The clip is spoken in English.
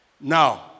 Now